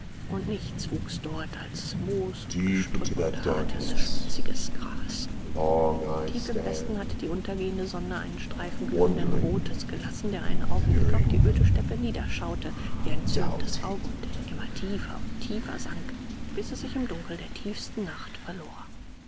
und nichts wuchs dort als moos und gestrüpp und hartes spitziges gras tief im westen hatte die untergehende sonne einen streifen glühenden rotes gelassen der einen augenblick auf die öde steppe niederschaute wie ein zürnendes auge und immer tiefer und tiefer sank bis er sich im dunkel der tiefsten nacht verlor